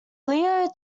leo